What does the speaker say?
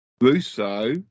Russo